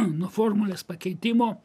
nuo formulės pakeitimo